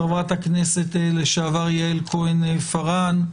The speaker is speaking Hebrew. חברת הכנסת לשעבר יעל כהן-פארן,